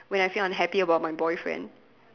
when I feel unhappy about my boyfriend